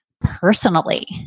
personally